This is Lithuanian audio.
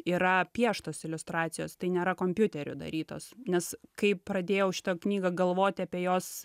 yra pieštos iliustracijos tai nėra kompiuteriu darytos nes kai pradėjau šitą knygą galvot apie jos